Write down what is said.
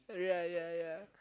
yeah yeah yeah